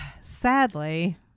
Sadly